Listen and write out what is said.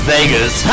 Vegas